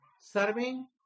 serving